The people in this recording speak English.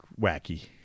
wacky